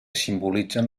simbolitzen